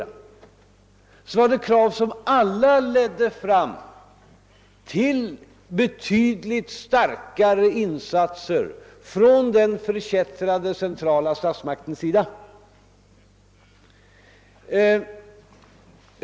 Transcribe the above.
Alla dessa krav-leder fram till betydligt starkare insatser från den förkättrade centrala statsmakten.